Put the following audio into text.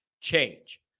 change